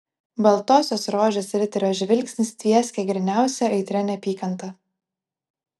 baltosios rožės riterio žvilgsnis tvieskė gryniausia aitria neapykanta